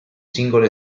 singolo